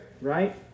right